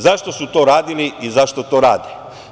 Zašto su to radili i zašto to rade?